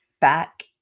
back